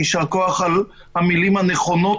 יישר כוח על המילים הנכונות,